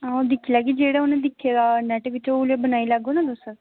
आं दिक्खी लैगी जेह्ड़ा उन्ने दिक्खे दा नेट बिच उऐ लेहा बनाऊ लैगो ना तुस